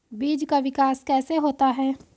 बीज का विकास कैसे होता है?